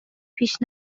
پیش